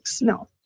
No